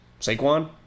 Saquon